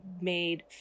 made